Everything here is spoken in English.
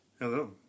Hello